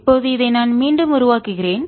இப்போது இதை நான் மீண்டும் உருவாக்குகிறேன்